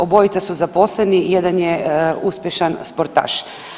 Obojica su zaposleni i jedan je uspješan sportaš.